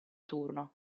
turno